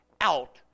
out